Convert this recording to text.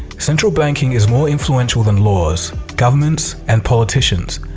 central banking is more influential than laws, governments and politicians,